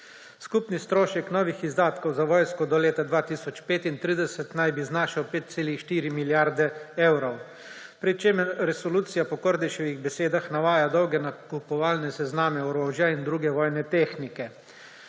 Skupni strošek novih izdatkov za vojsko do leta 2035 naj bi znašal 5,4 milijarde evrov, pri čemer resolucija po Kordiševih besedah navaja dolge nakupovalne sezname orožja in druge vojne tehnike.